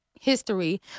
History